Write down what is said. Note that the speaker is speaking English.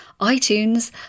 iTunes